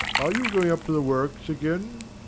are you going up to the works again?